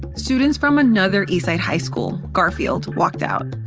students from another eastside high school, garfield, walked out.